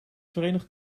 verenigd